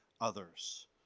others